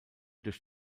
durch